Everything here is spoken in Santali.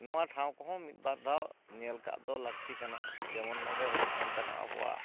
ᱱᱚᱣᱟ ᱴᱷᱟᱶ ᱠᱚᱦᱚᱸ ᱢᱤᱫ ᱵᱟᱨᱫᱷᱟᱣ ᱧᱮᱞ ᱠᱟᱜ ᱫᱚ ᱞᱟᱹᱠᱛᱤ ᱠᱟᱱᱟ ᱡᱮᱢᱚᱱ ᱱᱚᱰᱮ ᱦᱩᱭᱩᱜ ᱠᱟᱱ ᱛᱟᱦᱮᱱᱟ ᱟᱵᱚᱣᱟᱜ